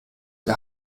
der